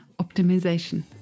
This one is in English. optimization